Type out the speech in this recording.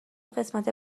قسمت